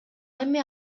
эми